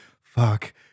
fuck